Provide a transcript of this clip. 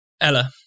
Ella